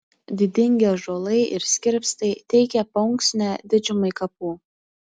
didingi ąžuolai ir skirpstai teikė paunksnę didžiumai kapų